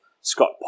Scott